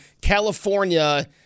California